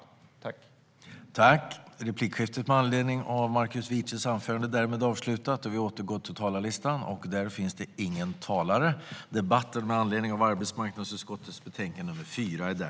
Ett gemensamt ansvar för mottagande av nyanlända